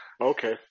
Okay